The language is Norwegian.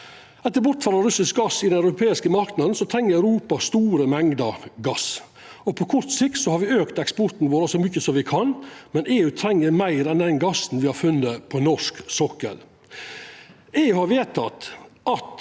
Etter bortfall av russisk gass i den europeiske marknaden treng Europa store mengder gass, og på kort sikt har me auka eksporten vår så mykje som me kan. Men EU treng meir enn den gassen me har funne på norsk sokkel.